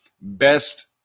best